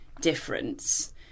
difference